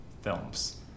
films